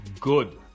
good